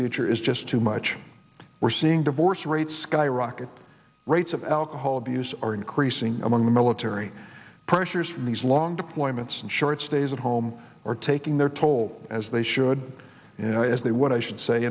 future is just too much we're seeing divorce rates skyrocket rates of alcohol abuse are increasing among the military pressures from these long deployments and short stays at home or taking their toll as they should you know as they would i should say